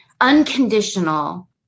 unconditional